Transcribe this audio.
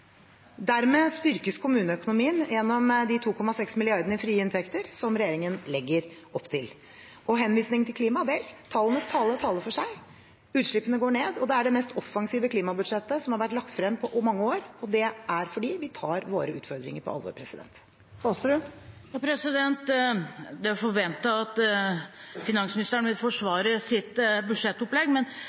Dermed styrkes kommuneøkonomien gjennom de 2,6 mrd. kr i frie inntekter som regjeringen legger opp til. Når det gjelder henvisningen til klimaet: Vel, tallene taler for seg selv. Utslippene går ned. Det er det mest offensive klimabudsjettet som har vært lagt frem på mange år. Det er fordi vi tar våre utfordringer på alvor. Det er forventet at finansministeren vil forsvare sitt budsjettopplegg,